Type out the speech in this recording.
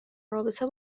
رابطه